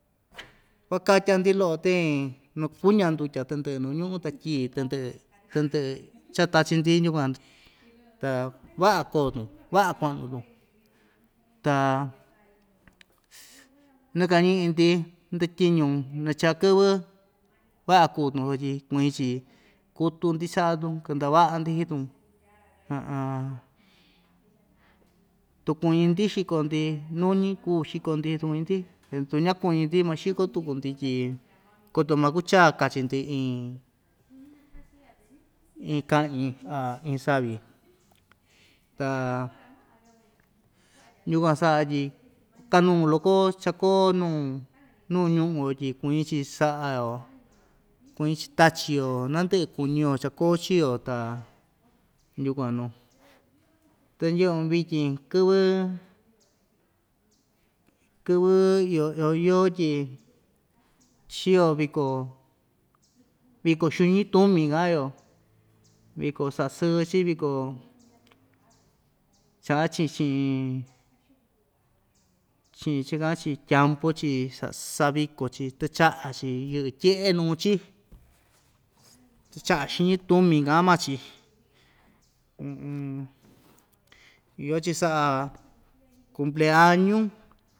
kuakatya‑ndi lo'o ten nukuña ndutya tɨndɨ'ɨ nu ñu'u ta tyii tɨndɨ'ɨ tɨndɨ'ɨ cha‑tachi‑ndi ñukuan ta va'a koo‑tun va'a kua'nu‑tun ta nakañi'i‑ndi ndityiñu nachaa kɨvɨ va'a kuu‑tun sutyi kuñi‑chi kutu‑ndi cha'a‑tun kɨnda'a va'a‑ndi hii‑tun tu kuñi‑ndi xiko‑ndi nuñi kuu xiko‑ndi tu kuñi‑ndi tu ñakuñi‑ndi maxiko tuku‑ndi tyi koto makucha kachi‑ndi iin iin ka'ñi a iin savi ta yukuan sa'a tyi kanuu loko cha‑koo nuu nuu ñu'u‑yo tyi kuñi‑chi sa'a‑yo kuñi‑chi tachi‑yo nandɨ'ɨ kuñi‑yo cha‑koo chii‑yo ta yukuan nu tu ndye'un vityin kɨvɨ kɨvɨ iyo iyo yoo tyi chi‑yo viko viko xiñi tumi ka'an‑yo viko sa'a sɨɨ‑chi viko cha'an‑chi chi'in chi'in cha ka'an‑chi tyampu‑chi sa saviko‑chi tɨcha'a‑chi yɨ'ɨ tye'e nuu‑chi tɨcha'a xiñi tumi ka'an maa‑chi iyo‑chi sa'a cumpleañu.